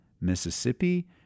Mississippi